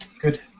good